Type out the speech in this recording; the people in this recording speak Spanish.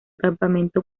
campamento